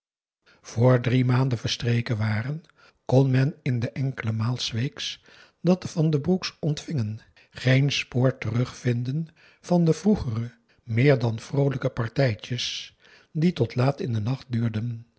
drie maanden verstreken waren kon men in de enkele maal s weeks dat de van den broek's ontvingen geen spoor terugvinden van de vroegere meer dan vroolijke partijtjes die tot laat in den nacht duurden